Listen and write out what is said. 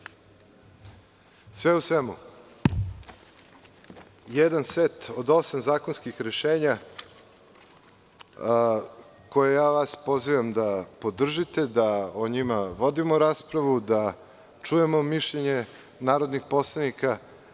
Sve u svemu, jedan set od osam zakonskih rešenja koje ja vas pozivam da podržite, da o njima vodimo raspravu, da čujemo mišljenje narodnih poslanika.